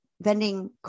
vending